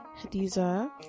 Hadiza